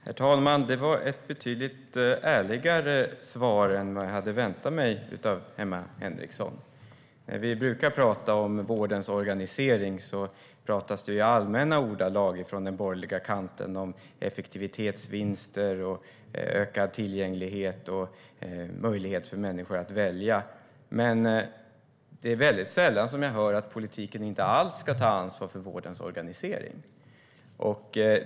Herr talman! Det var ett betydligt ärligare svar av Emma Henriksson än vad jag hade väntat mig. När vi pratar om vårdens organisering brukar det i allmänna ordalag pratas på den borgerliga kanten om effektivitetsvinster, ökad tillgänglighet och möjlighet för människor att välja. Men det är väldigt sällan som jag hör att politiken inte alls ska ta ansvar för vårdens organisering.